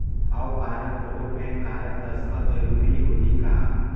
हव card, photo, PAN card, दस्खत जरूरी होही का?